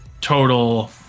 total